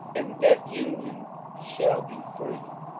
and that union shall be free.